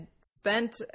spent